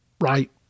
right